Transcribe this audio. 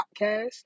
Podcast